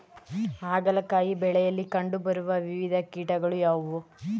ಹಾಗಲಕಾಯಿ ಬೆಳೆಯಲ್ಲಿ ಕಂಡು ಬರುವ ವಿವಿಧ ಕೀಟಗಳು ಯಾವುವು?